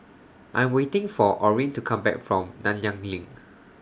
I'm waiting For Orene to Come Back from Nanyang LINK